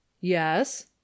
yes